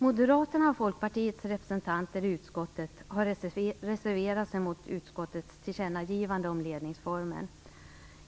Moderaternas och Folkpartiets representanter i utskottet har reserverat sig mot utskottets tillkännagivande om ledningsformen.